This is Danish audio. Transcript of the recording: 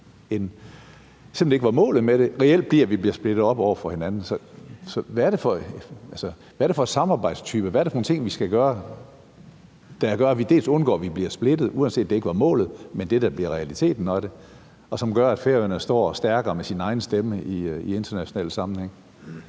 simpelt hen ikke var målet med det, og som jo reelt gør, at vi bliver splittet op i forhold til hinanden. Så hvad er det for en type samarbejde, og hvad er det for nogle ting, vi skal gøre, så vi dels undgår, at vi bliver splittet – uanset at det ikke var målet, men at det er det, der bliver realiteten af det – og som dels gør, at Færøerne står stærkere med deres egen stemme i international sammenhæng?